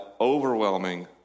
overwhelming